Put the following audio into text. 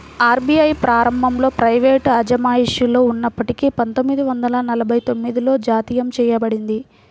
RBI ప్రారంభంలో private అజమాయిషిలో ఉన్నప్పటికీ పందొమ్మిది వందల నలభై తొమ్మిదిలో జాతీయం చేయబడింది